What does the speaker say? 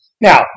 Now